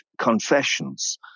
confessions